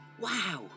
wow